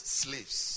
slaves